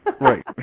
right